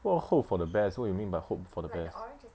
what hope for the best what you mean by hope for the best